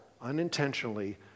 unintentionally